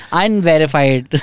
unverified